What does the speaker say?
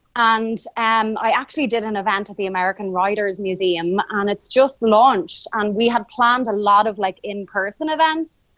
and um i actually did an event at the american writers museum and it's just launched, and we have planned a lot of like in-person events,